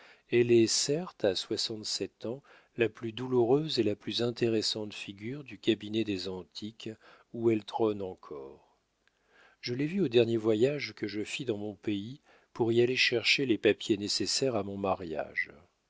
elle est certes à soixante-sept ans la plus douloureuse et la plus intéressante figure du cabinet des antiques où elle trône encore je l'ai vue au dernier voyage que je fis dans mon pays pour y aller chercher les papiers nécessaires à mon mariage